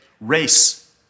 Race